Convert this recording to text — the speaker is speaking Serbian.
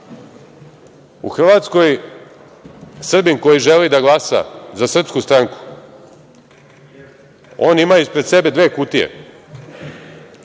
Hrvatskoj Srbin koji želi da glasa za srpsku stranku ima ispred sebe dve kutije.